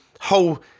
whole